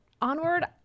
onward